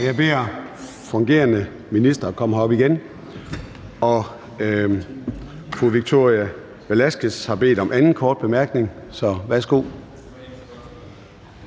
beskæftigelsesminister om at komme herop igen. Fru Victoria Velasquez har bedt om anden korte bemærkning. Værsgo.